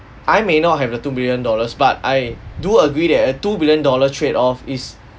I may not have the two billion dollars but I do agree that a two-billion-dollar trade-off is